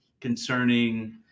concerning